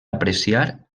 apreciar